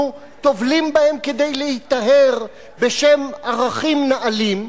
אנחנו טובלים בהם כדי להיטהר בשם ערכים נעלים,